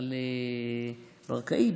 נחל ברקאי.